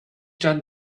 jon